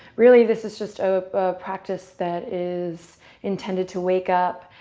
really, this is just a practice that is intended to wake up,